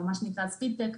מה שנקרא ספיד-טק,